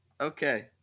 Okay